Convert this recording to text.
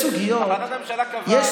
החלטת הממשלה משנות השמונים, שנייה, שנייה.